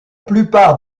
plupart